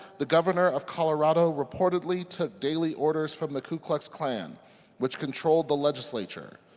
the governor of colorado reportedly took daily orders from the ku klux klan which controlled the legislature.